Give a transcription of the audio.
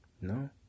no